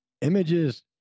images